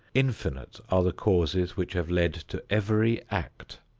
infinite are the causes which have led to every act,